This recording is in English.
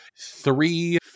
three